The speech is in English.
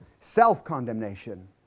self-condemnation